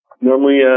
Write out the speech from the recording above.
normally